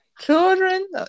children